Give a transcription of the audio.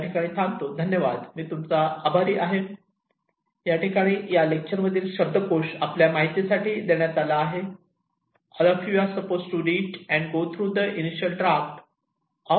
धन्यवाद मी तूमचा आभारी आहे